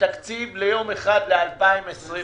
ותקציב ליום אחד ל-2020.